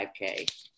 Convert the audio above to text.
5K